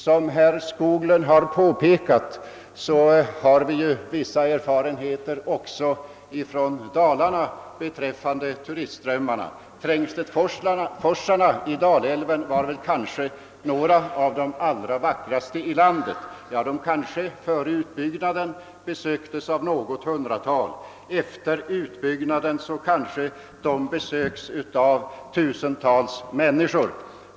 Som herr Skoglund påpekat har vi vissa erfarenheter också från Dalarna beträffande turistströmmarna. Trängsletforsarna i Dalälven var väl några av de allra vackraste i landet. De besöktes före utbyggnaden av kanske något hundratal. Efter utbyggnaden besöks de av tusentals människor.